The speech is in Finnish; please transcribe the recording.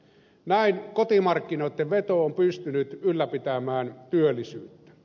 näin kotimarkkinoitten veto on pystynyt ylläpitämään työllisyyttä